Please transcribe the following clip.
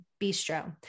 bistro